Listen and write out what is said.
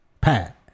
Pat